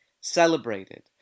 celebrated